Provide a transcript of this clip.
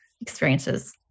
experiences